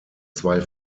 zwei